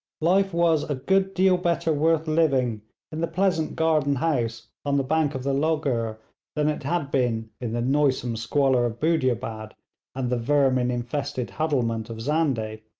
life was a good deal better worth living in the pleasant garden house on the bank of the logur than it had been in the noisome squalor of budiabad and the vermin-infested huddlement of zandeh.